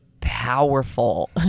powerful